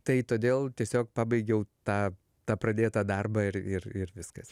tai todėl tiesiog pabaigiau tą tą pradėtą darbą ir ir ir viskas